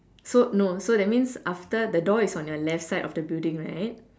so no so that means after the door is on your left side of the building right